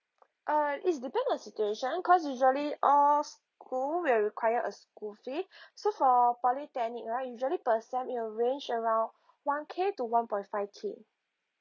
uh it's depend on situation cause usually all school will require a school fee so for polytechnic right usually per SEM it'll range around one K to one point five K